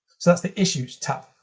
so that's the issues tab.